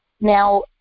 Now